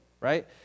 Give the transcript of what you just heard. right